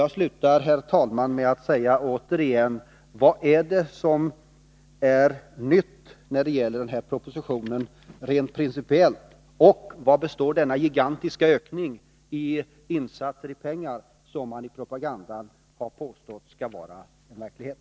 Jag avslutar detta med att återigen fråga: Vad är det som är nytt när det gäller denna proposition, rent principiellt? Och av vad består dessa gigantiska ökningar av insatser i form av pengar som man i propagandan har påstått skall vara verklighet?